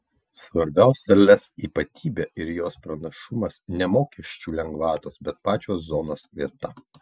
svarbiausia lez ypatybė ir jos pranašumas ne mokesčių lengvatos bet pačios zonos vieta